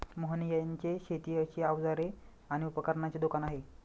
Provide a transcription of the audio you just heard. मोहन यांचे शेतीची अवजारे आणि उपकरणांचे दुकान आहे